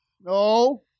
No